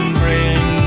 bring